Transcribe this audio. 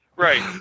Right